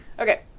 Okay